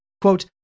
Quote